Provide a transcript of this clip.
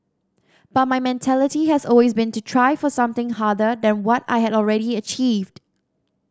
but my mentality has always been to try for something harder than what I had already achieved